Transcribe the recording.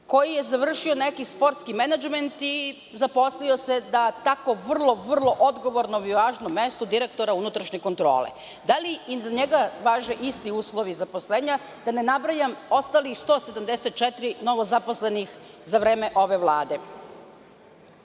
koji je završio neki sportski menadžment i zaposlio se na tako vrlo, vrlo odgovornom i važnom mestu, direktora unutrašnje kontrole? Da li i za njega važe isti uslovi zaposlenja? Da ne nabrajam ostalih 174 novozaposlenih za vreme ove